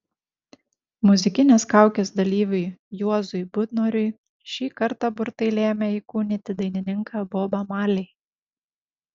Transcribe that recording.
muzikinės kaukės dalyviui juozui butnoriui šį kartą burtai lėmė įkūnyti dainininką bobą marley